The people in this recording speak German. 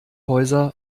häuser